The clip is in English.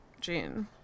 Jean